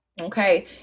Okay